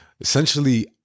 essentially